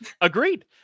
Agreed